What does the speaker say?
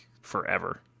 forever